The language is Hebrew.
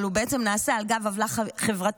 אבל הוא בעצם נעשה על גב עוולה חברתית,